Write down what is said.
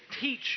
teach